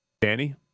Danny